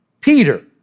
Peter